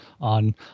on